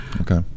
okay